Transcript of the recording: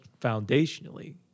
foundationally